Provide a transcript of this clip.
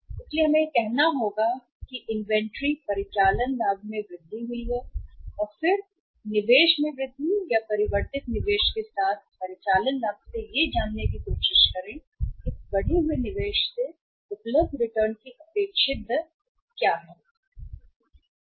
इसलिए हमें यह कहना होगा कि परिचालन लाभ में वृद्धि या वृद्धि हुई है इन्वेंट्री और फिर निवेश में वृद्धि या परिवर्तित निवेश के साथ परिचालन लाभ यह जानने की कोशिश करें कि इस बढ़े हुए निवेश से उपलब्ध रिटर्न की अपेक्षित दर क्या है सूची सही है